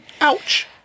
ouch